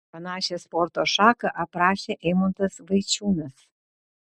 panašią sporto šaką aprašė eimuntas vaičiūnas